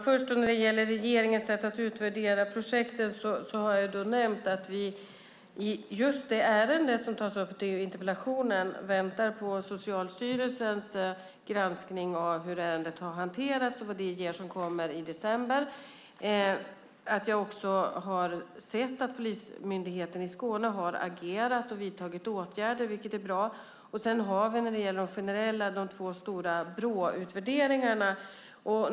Fru talman! När det gäller regeringens sätt att utvärdera projekten har jag nämnt att vi i det ärende som tas upp i interpellationen väntar på vad Socialstyrelsens granskning av hur ärendet har hanterats ger - och den läggs fram i december. Jag har sett att Polismyndigheten i Skåne har agerat och vidtagit åtgärder, vilket är bra. Sedan har vi de två stora Bråutvärderingarna.